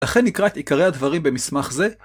לכן נקרא את עיקרי הדברים במסמך זה.